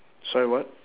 sorry what